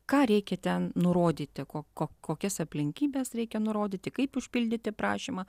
ką reikia ten nurodyti ko ko kokias aplinkybes reikia nurodyti kaip užpildyti prašymą